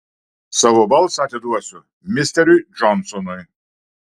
savo balsą atiduosiu misteriui džonsonui